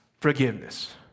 forgiveness